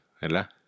¿verdad